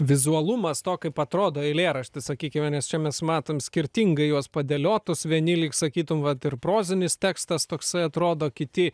vizualumas to kaip atrodo eilėraštis sakykime nes čia mes matom skirtingai juos padėliotus vieni lyg sakytum vat ir prozinis tekstas toksai atrodo kiti